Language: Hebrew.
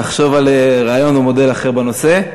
תחשוב על רעיון או מודל אחר בנושא.